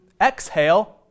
exhale